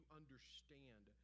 understand